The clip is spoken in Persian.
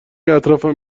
اطرافم